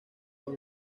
los